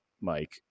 Mike